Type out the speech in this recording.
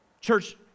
Church